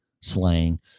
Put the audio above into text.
slang